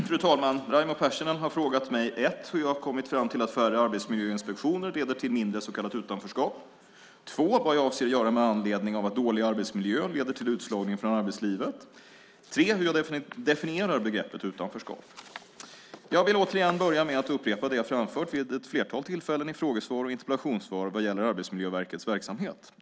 Fru talman! Raimo Pärssinen har frågat mig: 1 . Hur jag har kommit fram till att färre arbetsmiljöinspektioner leder till mindre så kallat "utanförskap". 2. Vad jag avser att göra med anledning av att dålig arbetsmiljö leder till utslagning från arbetslivet. 3. Hur jag definierar begreppet "utanförskap". Jag vill återigen börja med att upprepa det jag har framfört vid ett flertal tillfällen i frågesvar och interpellationssvar vad gäller Arbetsmiljöverkets verksamhet.